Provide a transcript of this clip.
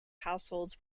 households